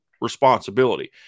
responsibility